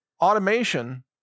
automation